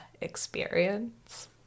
experience